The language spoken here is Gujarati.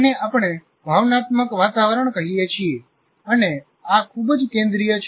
આને આપણે ભાવનાત્મક વાતાવરણ કહીએ છીએ અને આ ખૂબ જ કેન્દ્રિય છે